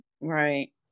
Right